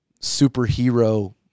superhero